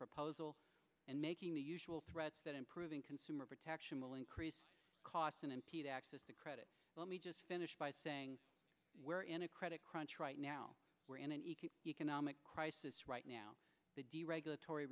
proposal and making the usual threats that improving consumer protection will increase cost and impede access to credit let me just finish by saying we're in a credit crunch right now we're in an equal economic crisis right now the deregulat